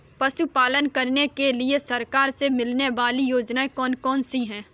पशु पालन करने के लिए सरकार से मिलने वाली योजनाएँ कौन कौन सी हैं?